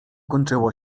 kończyło